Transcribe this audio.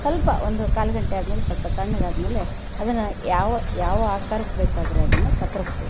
ಸ್ವಲ್ಪ ಒಂದು ಕಾಲು ಗಂಟೆ ಆದಮೇಲೆ ಸ್ವಲ್ಪ ತಣ್ಣಗಾದ್ಮೇಲೆ ಅದನ್ನು ಯಾವ ಯಾವ ಆಕಾರಕ್ಕೆ ಬೇಕಾದರೂ ಅದನ್ನು ಕತ್ತರಿಸ್ಬಹುದು